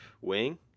wing